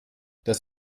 das